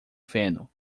feno